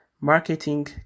marketing